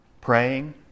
praying